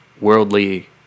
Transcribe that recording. worldly